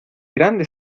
grande